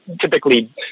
typically